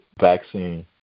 vaccine